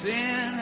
Sin